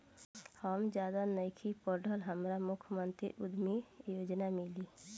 हम ज्यादा नइखिल पढ़ल हमरा मुख्यमंत्री उद्यमी योजना मिली?